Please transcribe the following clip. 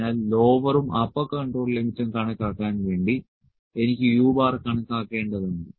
അതിനാൽ ലോവറും upper control ലിമിറ്റും കണക്കാക്കാൻ വേണ്ടി എനിക്ക് u കണക്കാക്കേണ്ടതുണ്ട്